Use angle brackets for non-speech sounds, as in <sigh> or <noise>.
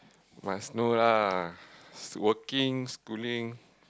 must know lah <noise> working schooling